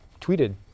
tweeted